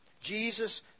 Jesus